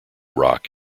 rock